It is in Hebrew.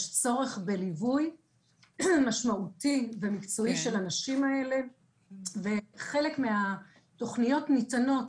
יש צורך בליווי משמעותי ומקצועי של הנשים האלה וחלק מהתוכניות ניתנות